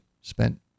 spent